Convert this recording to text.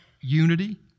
unity